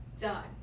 done